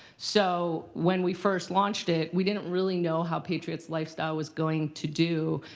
so when we first launched it, we didn't really know how patriots lifestyle was going to do.